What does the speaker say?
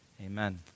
Amen